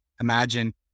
imagine